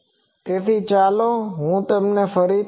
તેથી ચાલો હું તે ફરીથી દોરૂ